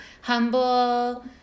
humble